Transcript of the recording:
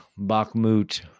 Bakhmut